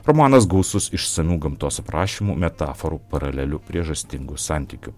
romanas gausus išsamių gamtos aprašymų metaforų paralelių priežastingų santykių